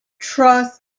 trust